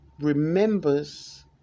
remembers